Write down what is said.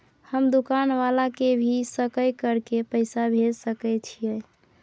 हम दुकान वाला के भी सकय कर के पैसा भेज सके छीयै?